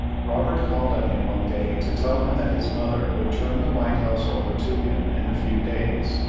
robert called on him one day to tell him that his mother would turn the white house over to him in a few days,